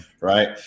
right